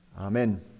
Amen